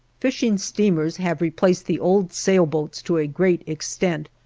fishing steamers have replaced the old sailboats to a great extent,